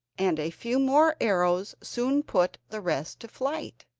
and a few more arrows soon put the rest to flight.